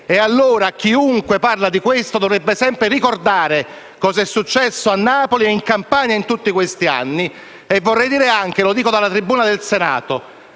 le alleanze. Chiunque parla di questo, dovrebbe sempre ricordare cosa è successo a Napoli e in Campania in tutti questi anni. Vorrei anche dire - e lo dico dalla tribuna del Senato